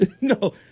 No